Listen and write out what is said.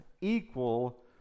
equal